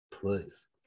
Please